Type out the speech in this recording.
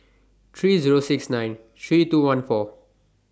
three Zero six nine three two one four